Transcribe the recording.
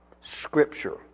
Scripture